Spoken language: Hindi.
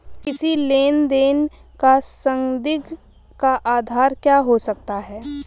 किसी लेन देन का संदिग्ध का आधार क्या हो सकता है?